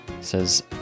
says